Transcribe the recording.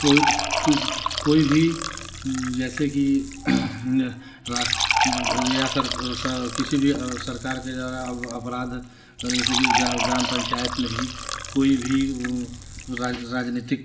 कोई कि कोई भी जैसे कि रियासर किसी भी सरकार के द्वारा अब अपराध माने जैसे कि ग्राम पंचायत में ही कोई भी वह राज राजनीतिक